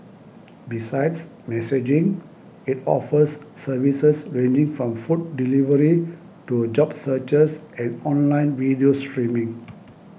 besides messaging it offers services ranging from food delivery to job searches and online video streaming